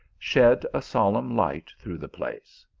shed a solemn light through the place.